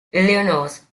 illinois